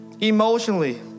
emotionally